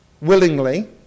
willingly